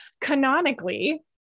Canonically